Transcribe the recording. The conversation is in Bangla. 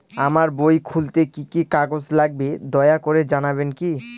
আমার বই খুলতে কি কি কাগজ লাগবে দয়া করে জানাবেন কি?